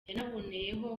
yanaboneyeho